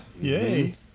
Yay